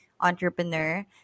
entrepreneur